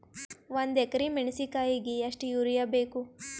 ಒಂದ್ ಎಕರಿ ಮೆಣಸಿಕಾಯಿಗಿ ಎಷ್ಟ ಯೂರಿಯಬೇಕು?